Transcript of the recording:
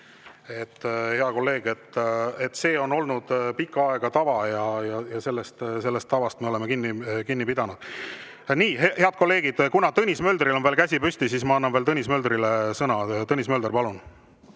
Hea kolleeg, see on olnud pikka aega tava ja sellest tavast me oleme kinni pidanud. Head kolleegid, kuna Tõnis Möldril on käsi veel püsti, siis ma annan Tõnis Möldrile sõna. Tõnis Mölder, palun!